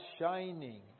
shining